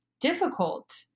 difficult